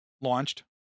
launched